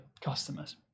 customers